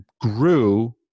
grew